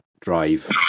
drive